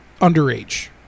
underage